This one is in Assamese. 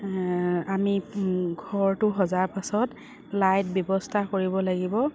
আমি ঘৰটো সজাৰ পাছত লাইট ব্যৱস্থা কৰিব লাগিব